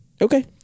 Okay